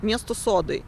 miestų sodai